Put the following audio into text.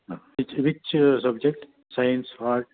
which which subject science art